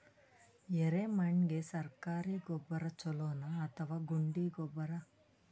ಎರೆಮಣ್ ಗೆ ಸರ್ಕಾರಿ ಗೊಬ್ಬರ ಛೂಲೊ ನಾ ಅಥವಾ ಗುಂಡಿ ಗೊಬ್ಬರ?